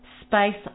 space